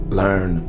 learn